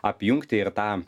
apjungti ir tą